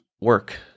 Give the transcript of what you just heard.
work